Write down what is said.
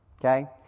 Okay